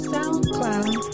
SoundCloud